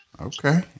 Okay